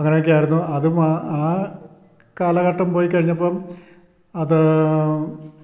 അങ്ങനെ ഒക്കെ ആയിരുന്നു അതും ആ ആ കാലഘട്ടം പോയി കഴിഞ്ഞപ്പം അത്